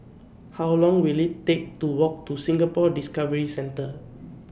How Long Will IT Take to Walk to Singapore Discovery Centre